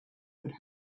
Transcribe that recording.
could